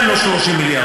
אין לו 30 מיליארד.